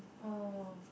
oh